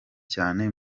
cyane